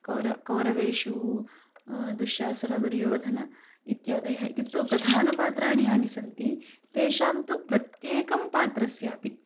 कौर कौरवेषु दुश्यासन दुर्योधन इत्यादयः इत्युक्तौ प्रधानपात्राणि यानि सन्ति तेषां तु प्रत्येकं पात्रस्यापि